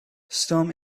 storm